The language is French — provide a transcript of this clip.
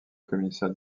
commissaire